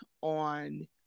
on